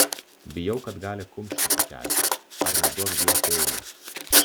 bijau kad gali kumštį pakelti ar neduokdie peilį